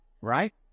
right